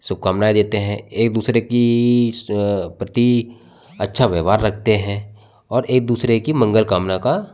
शुभकामनाएं एक दूसरे की प्रति अच्छा व्यवहार रखते हैं और एक दूसरे की मंगल कामना का